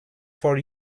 for